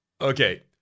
Okay